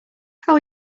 how